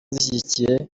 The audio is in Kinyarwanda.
zishyigikiye